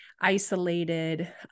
isolated